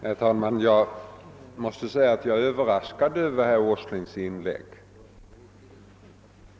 Herr talman! Jag måste säga att jag är överraskad över herr Åslings inlägg.